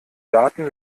daten